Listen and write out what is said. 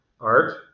art